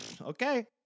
okay